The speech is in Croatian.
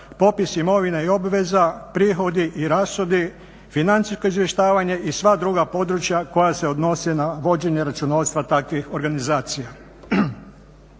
popis imovine i obveza, prihodi i rashodi, financijsko izvještavanje i sva druga područja koja se odnose na vođenje računovodstva takvih organizacija.